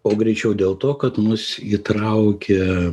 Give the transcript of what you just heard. o greičiau dėl to kad mus įtraukia